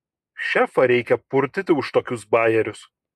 šefą reikia purtyti už tokius bajerius